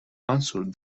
answered